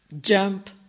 jump